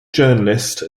journalist